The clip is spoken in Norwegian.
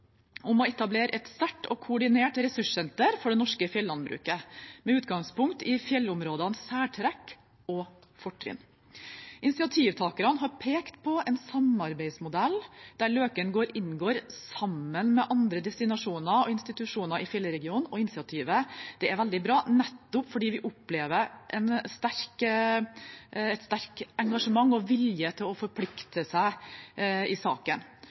om å etablere et sterkt og koordinert ressurssenter for det norske fjellandbruket med utgangspunkt i fjellområdenes særtrekk og fortrinn. Initiativtakerne har pekt på en samarbeidsmodell der Løken inngår sammen med andre destinasjoner og institusjoner i fjellregionen. Initiativet er veldig bra nettopp fordi vi opplever et sterkt engasjement og vilje til å forplikte seg i saken.